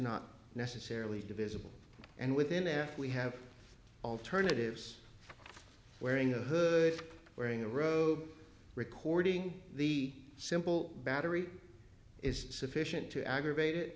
not necessarily divisible and within f we have alternatives wearing a hood wearing a robe recording the simple battery is sufficient to aggravate